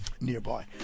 nearby